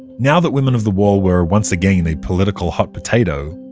now that women of the wall were once again a political hot potato,